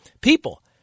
People